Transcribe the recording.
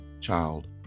child